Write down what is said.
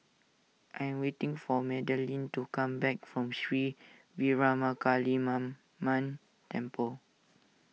I am waiting for Madelyn to come back from Sri Veeramakaliamman Temple